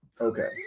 okay